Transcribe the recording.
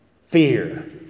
Fear